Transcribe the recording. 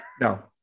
No